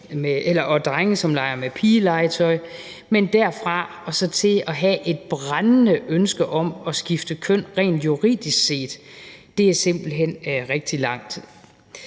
og drenge, som leger med pigelegetøj, men derfra og så til at have et brændende ønske om at skifte køn rent juridisk set er der simpelt hen rigtig langt.